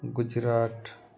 Gujarat